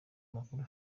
makuru